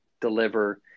deliver